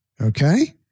Okay